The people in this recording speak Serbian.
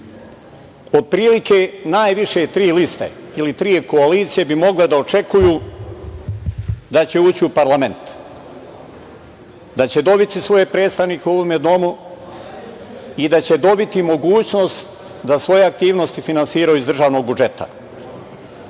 Otprilike najviše tri liste ili tri koalicije bi mogle da očekuju da će ući u parlament, da će dobiti svoje predstavnike u ovome Domu i da će dobiti mogućnost da svoje aktivnosti finansiraju iz državnog budžeta.Međutim,